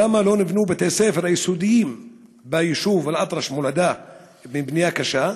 2. למה לא נבנו בתי-הספר היסודיים ביישוב אל-אטרש מולדה בבנייה קשה?